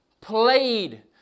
played